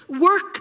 work